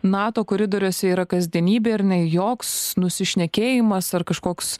nato koridoriuose yra kasdienybė ir nei joks nusišnekėjimas ar kažkoks